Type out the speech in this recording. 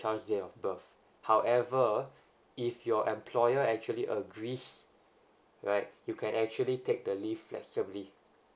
child's date of birth however if your employer actually agrees right you can actually take the leave flexibly